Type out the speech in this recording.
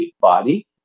body